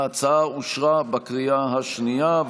ההצעה אושרה בקריאה השנייה.